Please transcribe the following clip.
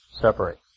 separate